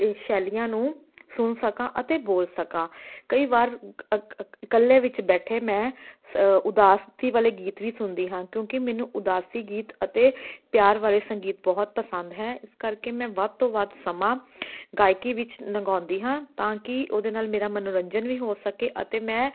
ਇਹ ਸ਼ੈਲੀਆਂ ਨੂੰ ਸੁਣ ਸਕਾਂ ਅਤੇ ਬੋਲ ਸਕਾਂ ਕਈ ਵਾਰ ਇਕੱਲੇ ਵਿੱਚ ਬੈਠੇ ਮੈਂ ਉਦਾਸੀ ਵਾਲੇ ਗੀਤ ਵੀ ਸੁਣਦੀ ਹਾਂ ਕਿਉਂਕਿ ਮੈਨੂੰ ਉਦਾਸੀ ਗੀਤ ਅਤੇ ਪਿਆਰ ਵਾਲੇ ਸੰਗੀਤ ਬਹੁਤ ਪਸੰਦ ਹੈ ਇਸ ਕਰਕੇ ਮੈਂ ਵੱਧ ਤੋਂ ਵੱਧ ਸਮਾਂ ਗਾਇਕੀ ਵਿੱਚ ਲੰਘਾਉਂਦੀ ਹਾਂ ਤਾਂ ਕਿ ਉਹਦੇ ਨਾਲ ਮੇਰਾ ਮਨੋਰੰਜਨ ਵੀ ਹੋ ਸਕੇ ਅਤੇ ਮੈਂ